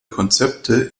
konzepte